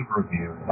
review